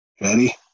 Ready